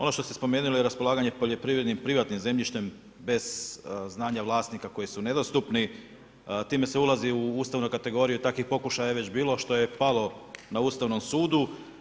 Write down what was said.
Ono što ste spomenuli raspolaganjem poljoprivrednim zemljištem bez znanja vlasnika koji su nedostupni, time se ulazi u ustavnu kategoriju, takvih pokušaje je već bilo što je palo na Ustavnom sudu.